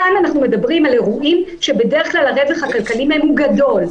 פה אנו מדברים על אירועים שבדרך כלל הרווח הכלכלי בהם הוא גדול,